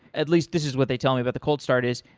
at least this is what they tell me about the coldstart is,